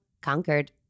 conquered